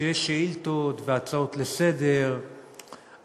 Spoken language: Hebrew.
כשיש שאילתות והצעות לסדר-היום,